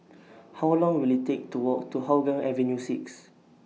How Long Will IT Take to Walk to Hougang Avenue six